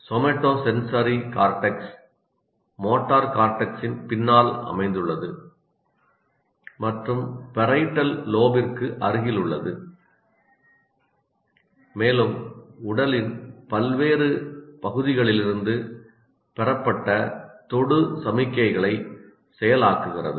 somatosensory cortex motor கார்டெக்ஸின் பின்னால் அமைந்துள்ளது மற்றும் பேரியட்டல் லோபிற்கு அருகில் உள்ளது மேலும் உடலின் பல்வேறு பகுதிகளிலிருந்து பெறப்பட்ட தொடு சமிக்ஞைகளை செயலாக்குகிறது